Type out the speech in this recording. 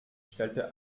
stellte